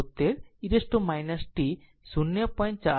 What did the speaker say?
273 e t one 0